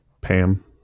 Pam